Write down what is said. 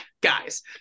guys